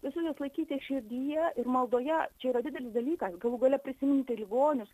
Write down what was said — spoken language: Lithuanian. visus juos laikyti širdyje ir maldoje čia yra didelis dalykas galų gale prisiminti ligonius